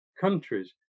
countries